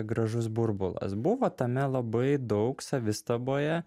gražus burbulas buvo tame labai daug savistaboje